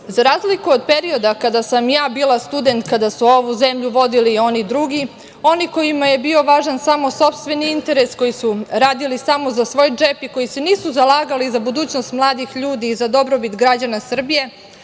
Za razliku od perioda kada sam ja bila student, kada su ovu zemlju vodili oni drugi, oni kojima je bio važan samo sopstveni interes, koji su radili samo za svoj džep i koji se nisu zalagali za budućnost mladih ljudi i za dobrobit građana Srbije,